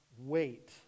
wait